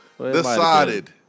decided